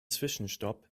zwischenstopp